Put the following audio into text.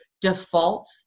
default